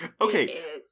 Okay